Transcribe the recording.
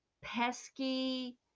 pesky